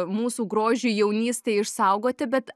mūsų grožiui jaunystei išsaugoti bet